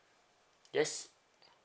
yes